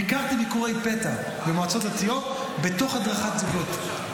ביקרתי ביקורי פתע במועצות דתיות בתוך הדרכת זוגות,